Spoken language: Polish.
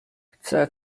chce